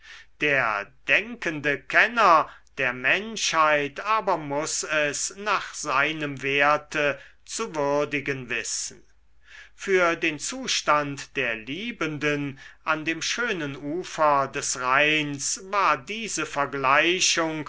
der denkende kenner der menschheit aber muß es nach seinem werte zu würdigen wissen für den zustand der liebenden an dem schönen ufer des rheins war diese vergleichung